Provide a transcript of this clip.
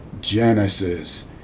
Genesis